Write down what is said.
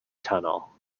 tunnel